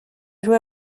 joué